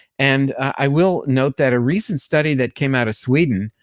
and i will note that a recent study that came out of sweden